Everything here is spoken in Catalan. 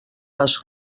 les